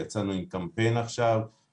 יצאנו עכשיו עם קמפיין בהסברה.